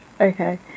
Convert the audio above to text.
Okay